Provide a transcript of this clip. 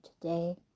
today